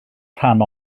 rhan